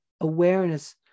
awareness